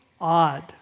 odd